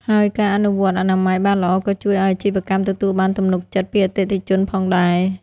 ហើយការអនុវត្តអនាម័យបានល្អក៏ជួយឱ្យអាជីវកម្មទទួលបានទំនុកចិត្តពីអតិថិជនផងដែរ។